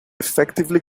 effectively